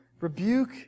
rebuke